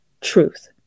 truth